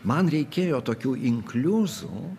man reikėjo tokių inkliuzų